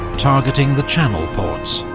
targeting the channel ports.